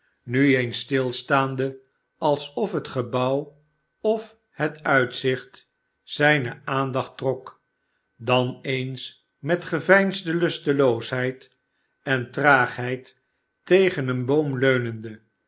nu eens stilstaande alsof het gebouw of het uitzicht zijne aandacht trok dan eens met geveinsde lusteloosheid en traagheid tegen een boom leunende